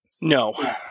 No